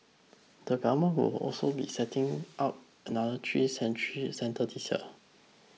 the Government will also be setting up another three centres this year